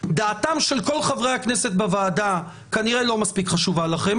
דעתם של כל חברי הכנסת בוועדה כנראה לא מספיק חשובה לכם,